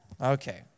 Okay